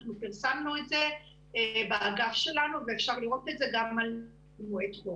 אנחנו פרסמנו את זה באגף שלנו ואפשר לראות את זה גם על מועד חורף.